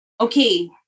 okay